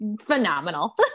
phenomenal